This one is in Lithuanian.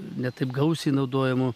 ne taip gausiai naudojamų